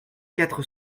quatre